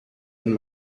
and